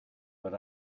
but